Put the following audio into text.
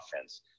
offense